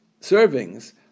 servings